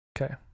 Okay